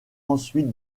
ensuite